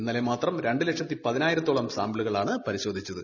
ഇന്നലെ മാത്രം രണ്ടു ലക്ഷത്തി പതിനായിരത്തോളം സാമ്പിളുകളാണ് പരിശോധിച്ചത്